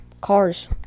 Cars